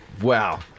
Wow